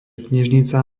knižnica